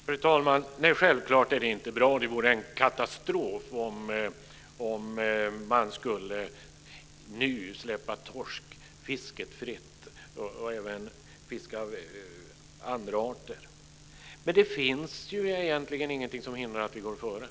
Fru talman! Självklart är det inte bra. Det vore en katastrof om man skulle släppa torskfisket fritt nu. Det gäller även fiske av andra arter. Men det finns ingenting som hindrar att vi går före.